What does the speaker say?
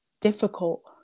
difficult